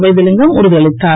வைத்திலிங்கம் உறுதி அளித்தார்